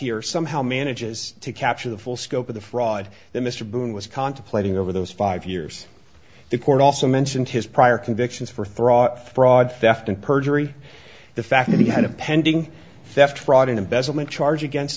here somehow manages to capture the full scope of the fraud that mr boone was contemplating over those five years the court also mentioned his prior convictions for thraw fraud theft and perjury the fact that he had a pending theft fraud and embezzlement charge against